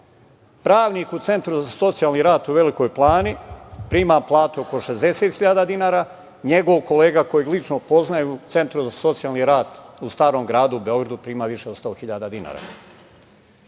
Pravnik u Centru za socijalni rad u Velikoj Plani prima platu oko 60.000 dinara. Njegov kolega koga lično poznaje u Centru za socijalni rad u Starom Gradu u Beogradu prima više od 100.000 dinara. Razlika